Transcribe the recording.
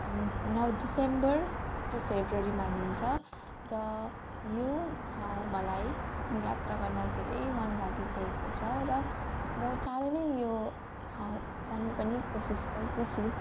December to February मानिन्छ र यो ठाउँ मलाई यात्रा गर्न धेरै मन लागिरहेको छ र म चाँडै नै यो ठाउँ जाने पनि कोसिस गर्दैछु